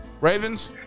ravens